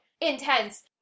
intense